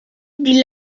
die